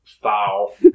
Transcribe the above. Foul